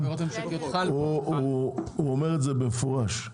הוא אומר את זה במפורש,